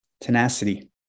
tenacity